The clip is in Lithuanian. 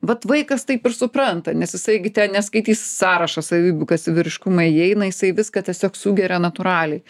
vat vaikas taip ir supranta nes jisai gi ten neskaitys sąrašą savybių kas į vyriškumą įeina jisai viską tiesiog sugeria natūraliai